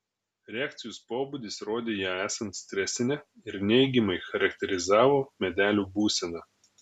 reakcijos pobūdis rodė ją esant stresinę ir neigiamai charakterizavo medelių būseną